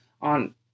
on